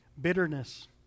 Bitterness